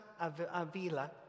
Avila